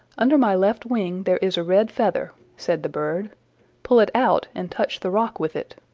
under my left wing there is a red feather, said the bird pull it out, and touch the rock with it.